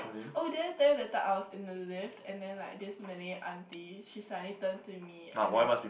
oh did I tell you that time I was in the lift and then like this Malay auntie she suddenly turn to me and